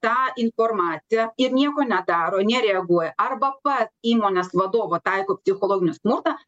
tą informaciją ir nieko nedaro nereaguoja arba pats įmonės vadovas taiko psichologinį smurtą